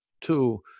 two